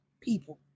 People